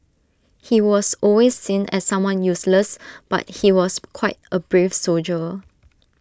he was always seen as someone useless but he was quite A brave soldier